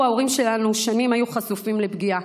ההורים שלנו שנים היו חשופים לפגיעה,